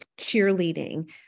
cheerleading